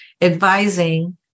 advising